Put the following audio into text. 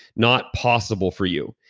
not possible for you.